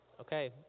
okay